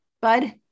bud